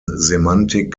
semantik